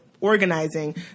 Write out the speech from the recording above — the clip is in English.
organizing